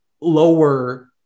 lower